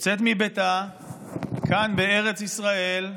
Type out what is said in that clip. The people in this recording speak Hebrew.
יוצאת מביתה, כאן בארץ ישראל,